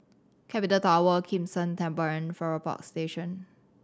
Capital Tower Kim San Temple and Farrer Park Station